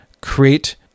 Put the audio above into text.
create